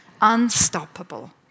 Unstoppable